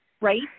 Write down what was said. right